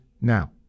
now